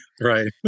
Right